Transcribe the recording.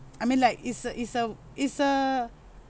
I mean like it's a is a is a